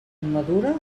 madura